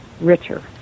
richer